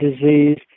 disease